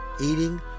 eating